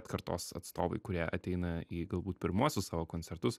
kartos atstovai kurie ateina į galbūt pirmuosius savo koncertus